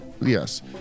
Yes